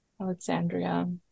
Alexandria